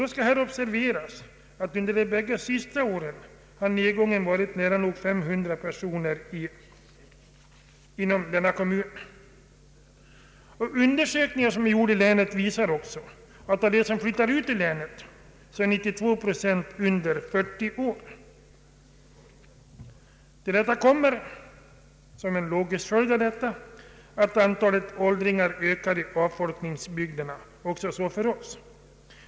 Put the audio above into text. Här skall observeras att nedgången inom denna kommun under de två senaste åren har varit nära nog 300 personer. Undersökningar som har gjorts i länet visar att av dem som har flyttat ut ur länet är 92 procent under 40 år. Till detta kommer såsom en lo gisk följd att antalet åldringar ökar i avfolkningsbygderna. Så är förhållandet även för oss.